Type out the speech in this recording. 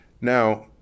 Now